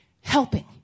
Helping